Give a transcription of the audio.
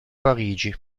parigi